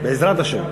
בעזרת השם.